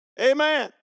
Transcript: Amen